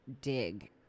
dig